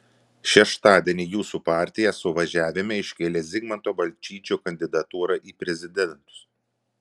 šeštadienį jūsų partija suvažiavime iškėlė zigmanto balčyčio kandidatūrą į prezidentus